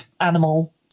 animal